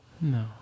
No